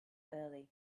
early